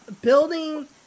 building